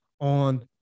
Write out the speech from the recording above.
on